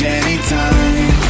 anytime